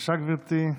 בבקשה גברתי,